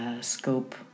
scope